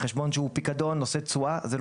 חשבון שהוא פקדון ונושא תשואה הוא אינו